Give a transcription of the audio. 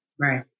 Right